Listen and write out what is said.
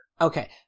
Okay